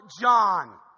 John